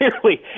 clearly